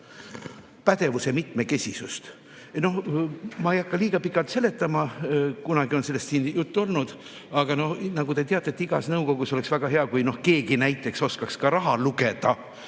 pädevuse mitmekesisust. Noh ma ei hakka liiga pikalt seletama, kunagi on sellest siin juttu olnud, aga nagu te teate, igas nõukogus oleks väga hea, kui keegi näiteks oskaks ka raha lugeda